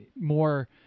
more